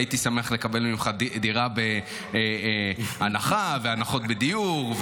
הייתי שמח לקבל ממך דירה בהנחה והנחות בדיור,